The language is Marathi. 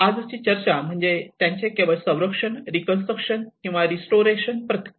आजची चर्चा म्हणजे त्यांचे केवळ संरक्षण रीकन्स्ट्रक्शन किंवा रिस्टोरेशन प्रक्रियाच नाही